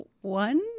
one